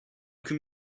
come